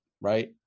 right